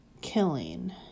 killing